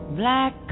black